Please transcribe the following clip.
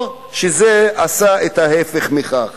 או שזה עשה את ההיפך מכך?